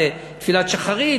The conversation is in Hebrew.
לתפילת שחרית,